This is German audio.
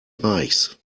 reichs